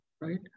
right